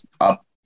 up